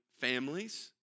families